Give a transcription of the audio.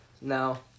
Now